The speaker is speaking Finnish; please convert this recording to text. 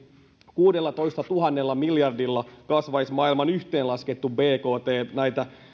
kuudellatoistatuhannella miljardilla kasvaisi maailman yhteenlaskettu bkt näitä